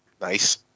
nice